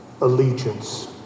allegiance